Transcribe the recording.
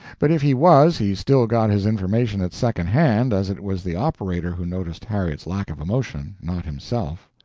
but if he was, he still got his information at second-hand, as it was the operator who noticed harriet's lack of emotion, not himself.